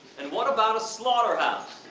and what about a slaughterhouse?